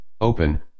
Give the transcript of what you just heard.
open